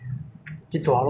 西餐 ah Aston's ah